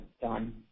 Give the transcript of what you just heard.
done